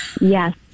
yes